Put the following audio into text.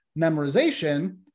memorization